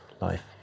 life